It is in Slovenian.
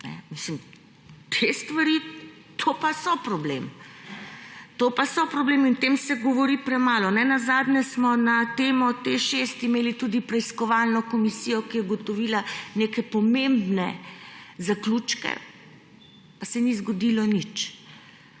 Mislim, te stvari, to pa so problem! To pa so problem in o tem se govori premalo. Nenazadnje smo na temo TEŠ 6 imeli tudi preiskovalno komisiji, ki je ugotovila neke pomembne zaključke, pa se ni zgodilo nič.